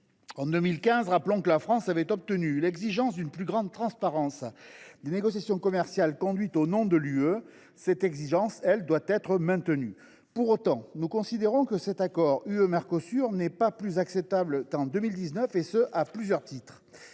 version. Rappelons que la France a obtenu en 2015 l’exigence d’une plus grande transparence des négociations commerciales conduites au nom de l’Union européenne. Une telle exigence doit être maintenue. Pour autant, nous considérons que cet accord UE Mercosur n’est pas plus acceptable qu’en 2019, et ce à plusieurs titres.